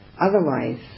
Otherwise